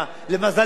למזלנו.